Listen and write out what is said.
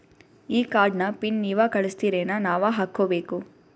ಈ ಕಾರ್ಡ್ ನ ಪಿನ್ ನೀವ ಕಳಸ್ತಿರೇನ ನಾವಾ ಹಾಕ್ಕೊ ಬೇಕು?